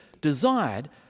desired